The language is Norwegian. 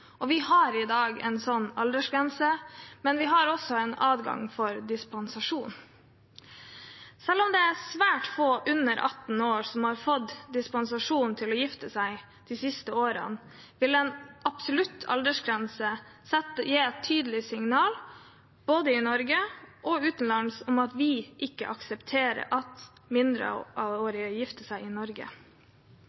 Vi har i dag en slik aldersgrense, men vi har også en adgang til dispensasjon. Selv om det er svært få under 18 år som har fått dispensasjon til å gifte seg de siste årene, vil en absolutt aldersgrense gi et tydelig signal både i Norge og utenlands om at vi ikke aksepterer at